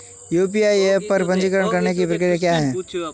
UPI app पर पंजीकरण करने की प्रक्रिया क्या है?